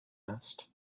asked